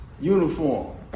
uniform